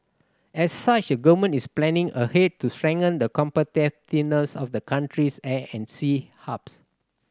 as such a Government is planning ahead to strengthen the competitiveness of the country's air and sea hubs